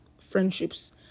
friendships